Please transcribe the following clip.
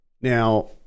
Now